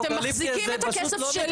אתם מחזיקים את הכסף שלי.